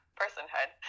personhood